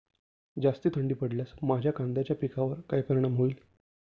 जास्त थंडी पडल्यास माझ्या कांद्याच्या पिकावर काय परिणाम होईल?